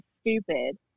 stupid